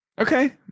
Okay